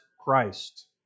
Christ